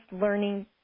learning